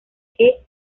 que